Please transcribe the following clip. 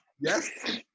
Yes